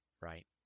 right